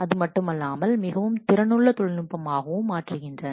அதுமட்டுமல்லாமல் மிகவும் திறனுள்ள தொழிநுட்பமாகவும் மாற்றுகின்றன